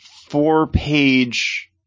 four-page